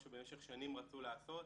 מה שבמשך שנים רצו לעשות,